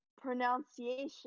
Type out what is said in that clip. pronunciation